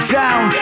down